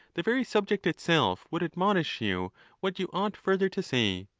the very subject itself would admonish you what you ought further to say.